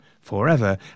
forever